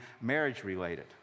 marriage-related